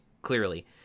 clearly